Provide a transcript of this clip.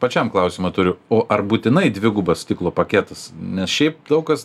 pačiam klausimą turi o ar būtinai dvigubas stiklo paketas nes šiaip daug kas